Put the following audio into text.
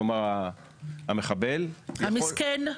כלומר המחבל -- המסכן.